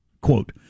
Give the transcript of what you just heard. quote